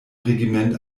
regiment